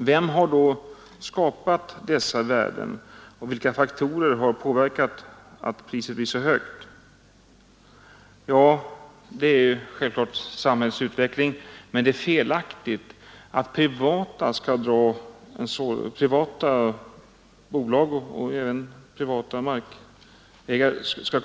Vem har då skapat dessa värden, och vilka faktorer har påverkat att priset har blivit så högt? Ja, det är självfallet samhällsutvecklingen som bidragit härtill. Men det är felaktigt att privata bolag och även enskilda markägare skall